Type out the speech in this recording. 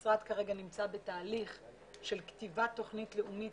והמפרט כרגע נמצא בתהליך של כתיבת תוכנית לאומית